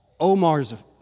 Omar's